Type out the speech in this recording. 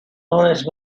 honest